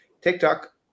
TikTok